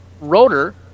Rotor